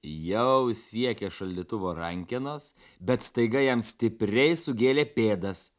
jau siekė šaldytuvo rankenos bet staiga jam stipriai sugėlė pėdas